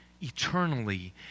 eternally